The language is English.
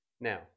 now